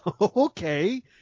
okay